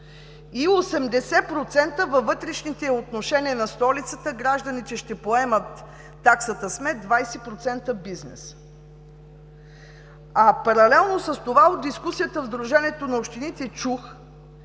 и 80% във вътрешните отношения на столицата гражданите ще поемат таксата смет, 20% – бизнесът“. Паралелно с това, от дискусията в Сдружението на общините чух,